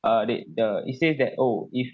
uh that the it says that oh if